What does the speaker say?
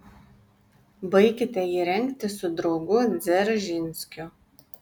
baikite jį rengti su draugu dzeržinskiu